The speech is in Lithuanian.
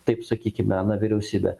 taip sakykime ana vyriausybė